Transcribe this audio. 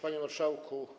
Panie Marszałku!